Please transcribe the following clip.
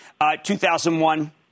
2001